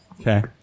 Okay